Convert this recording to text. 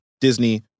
Disney